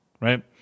right